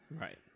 right